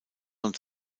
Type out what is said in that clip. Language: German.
von